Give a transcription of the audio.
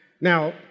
Now